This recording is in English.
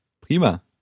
Prima